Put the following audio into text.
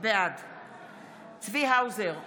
בעד צבי האוזר,